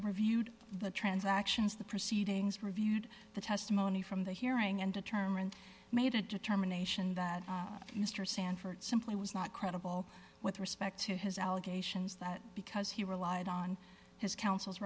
reviewed the transactions the proceedings reviewed the testimony from the hearing and determined made a determination that mr sanford simply was not credible with respect to his allegations that because he relied on his counsel's